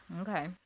Okay